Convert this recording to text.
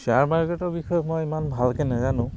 share মাৰ্কেটৰ বিষয়ে মই ইমান ভালকে নেজানো